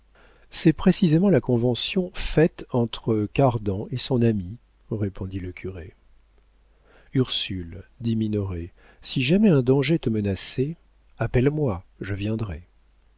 c'est précisément la convention faite entre cardan et son ami répondit le curé ursule dit minoret si jamais un danger te menaçait appelle-moi je viendrai